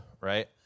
right